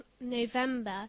November